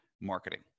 marketing